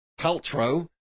Paltrow